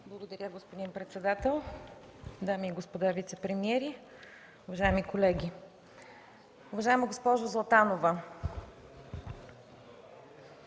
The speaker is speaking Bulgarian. Благодаря, господин председател. Дами и господа вицепремиери, уважаеми колеги! Уважаема госпожо Златанова,